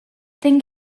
thing